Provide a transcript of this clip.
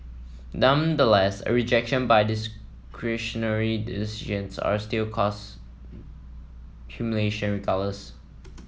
a rejection by discretionary decisions are still cause humiliation